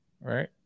right